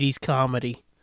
comedy